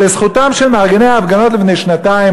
לזכותם של מארגני ההפגנות לפני שנתיים,